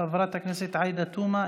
חברת הכנסת עאידה תומא,